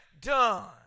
done